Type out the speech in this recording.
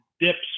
dips